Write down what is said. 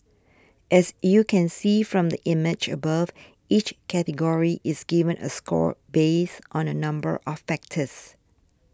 as you can see from the image above each category is given a score based on a number of factors